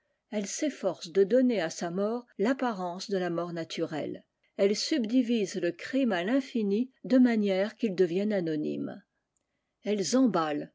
elles s'efforcent de donner à sa mort l'apparence de la mort naturelle elles subdivisent le crim à l'infini de manière qu'il devienne anonyme elles emballent